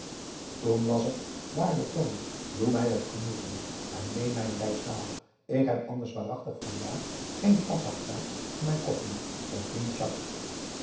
toen was het waarde toon doe mij het genoegen en leen mij een rijksdaalder ik heb anders waarachtig vandaag geen pasargeld voor mijn kokki je vriend